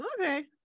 okay